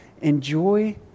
enjoy